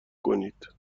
کنید